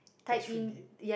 tax will be